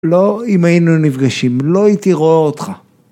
‫לא, אם היינו נפגשים, ‫לא הייתי רואה אותך.